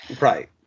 right